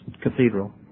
cathedral